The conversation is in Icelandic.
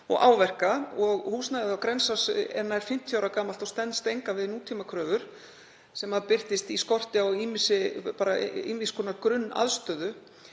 og áverka. Húsnæðið á Grensás er nær 50 ára gamalt og stenst engan veginn nútímakröfur sem birtist í skorti á ýmiss konar grunnaðstöðu.